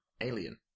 Alien